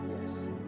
Yes